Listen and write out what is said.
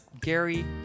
Gary